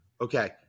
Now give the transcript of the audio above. Okay